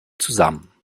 zusammen